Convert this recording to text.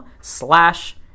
slash